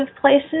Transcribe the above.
places